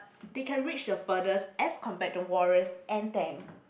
they can reach the furthest as compared to warriors and tank